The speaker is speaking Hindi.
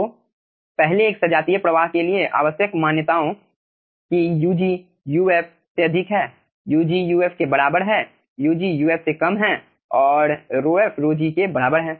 तो पहले एक सजातीय प्रवाह के लिए आवश्यक मान्यताओं कि Ug Uf से अधिक हैं Ug Uf के बराबर हैं Ug Uf से कम हैं और ρf ρg के बराबर हैं